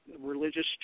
religious